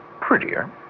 Prettier